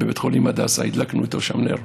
בבית החולים הדסה, הדלקנו איתו שם נר.